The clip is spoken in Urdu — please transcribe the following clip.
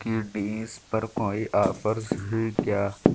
کینڈیز پر کوئی آفرز ہیں کیا